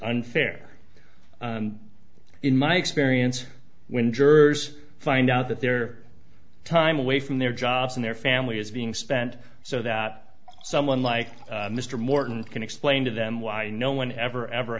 unfair in my experience when jurors find out that their time away from their jobs and their family is being spent so that someone like mr morton can explain to them why no one ever ever